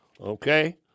okay